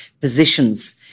positions